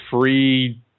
free